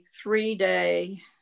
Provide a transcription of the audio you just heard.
three-day